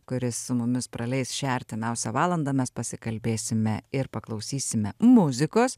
kuris su mumis praleis šią artimiausią valandą mes pasikalbėsime ir paklausysime muzikos